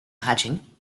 hatching